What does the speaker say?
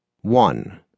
One